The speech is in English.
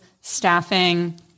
staffing